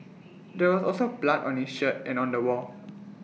there was also blood on his shirt and on the wall